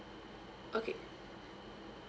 okay